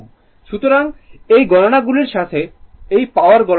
সুতরাং এই গণনাগুলির সাথে এই পাওয়ার গণনা করা হয়